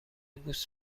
بوس